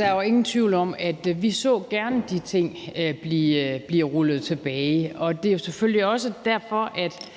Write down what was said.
er jo ingen tvivl om, at vi gerne så, at de ting bliver rullet tilbage, og det er jo selvfølgelig også derfor, at